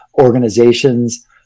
organizations